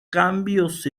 cambios